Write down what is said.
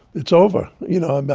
it's over, you know? and